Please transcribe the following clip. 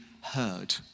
heard